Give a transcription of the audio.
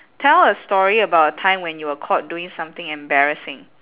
tell a story about a time when you were caught doing something embarrassing